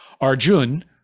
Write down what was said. Arjun